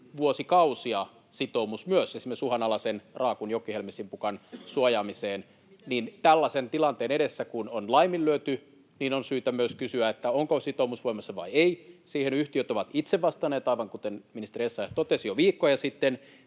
vuosikausia sitoumus myös esimerkiksi uhanalaisen raakun, jokihelmisimpukan, suojaamiseen, niin tällaisen tilanteen edessä, kun on laiminlyöty, on syytä myös kysyä, onko sitoumus voimassa vai ei. Siihen yhtiöt ovat itse vastanneet, aivan kuten ministeri Essayah totesi jo viikkoja sitten.